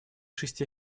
шести